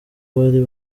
bari